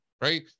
right